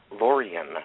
Lorian